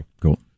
Cool